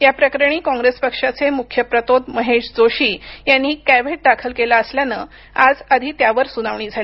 या प्रकरणी कॉप्रेस पक्षाचे मुख्य प्रतोद महेश जोशी यांनी कॅव्हेट दाखल केला असल्यानं आज आधी त्यावर सुनावणी झाली